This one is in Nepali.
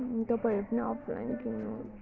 तपाईँहरू पनि अफलाइन किन्नुहोस्